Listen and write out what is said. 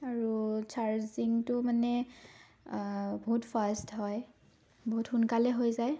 আৰু চাৰ্জিংটো মানে বহুত ফাষ্ট হয় বহুত সোনকালে হৈ যায়